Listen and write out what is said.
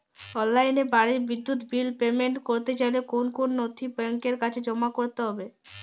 অনলাইনে বাড়ির বিদ্যুৎ বিল পেমেন্ট করতে চাইলে কোন কোন নথি ব্যাংকের কাছে জমা করতে হবে?